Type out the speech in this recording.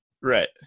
right